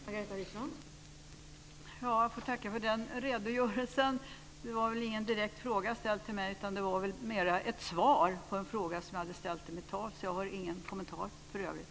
Fru talman! Jag får tacka för den redogörelsen. Det var väl ingen direkt fråga ställd till mig utan det var mer ett svar på en fråga som jag hade ställt. Jag har ingen kommentar i övrigt.